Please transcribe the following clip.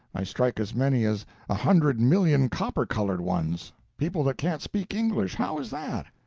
i strike as many as a hundred million copper-colored ones people that can't speak english. how is that?